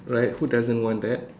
right who doesn't want that